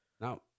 Now